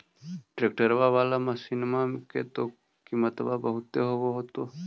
ट्रैक्टरबा बाला मसिन्मा के तो किमत्बा बहुते होब होतै?